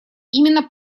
именно